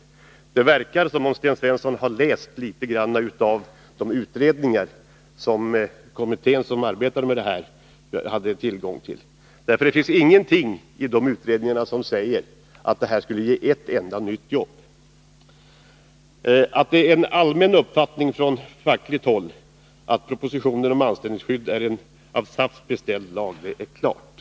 Det verkar som om Sten Svensson har läst litet av de utredningar som den kommitté som arbetar med detta haft tillgång till. Det finns nämligen ingenting där som säger att detta skulle ge ett enda nytt jobb. Att det är en allmän uppfattning från fackligt håll att propositionen om anställningsskyddet är en av SAF beställd lag är klart.